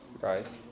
right